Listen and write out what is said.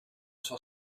sua